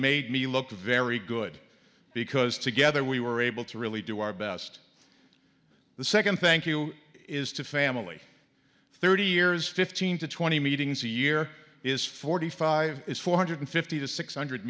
made me look very good because together we were able to really do our best the second thank you is to family thirty years fifteen to twenty meetings a year is forty five is four hundred fifty to six hundred